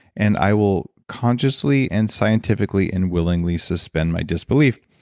and i will consciously, and scientifically, and willingly suspend my disbelief.